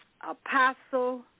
Apostle